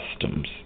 customs